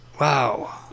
Wow